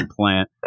plant